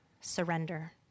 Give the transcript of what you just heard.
surrender